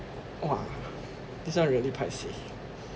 !wah! this one really paiseh